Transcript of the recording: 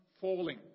falling